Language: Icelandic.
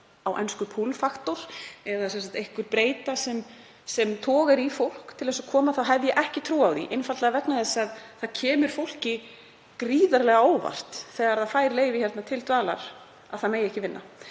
á ensku „pull factor“, sem sagt einhver breyta sem togar í fólk til að koma, þá hef ég ekki trú á því, einfaldlega vegna þess að það kemur fólki gríðarlega á óvart þegar það fær leyfi til dvalar hérna að það megi ekki vinna.